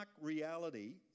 reality